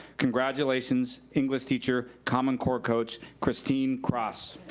congratulations, english teacher, common core coach, kristine cross.